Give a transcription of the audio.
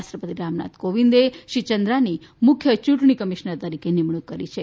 રાષ્ટ્રપતિ રામનાથ કોવિંદે શ્રી ચંદ્રાની મુખ્ય ચૂંટણી કમિશનર તરીકે નિમણૂંક કરી છે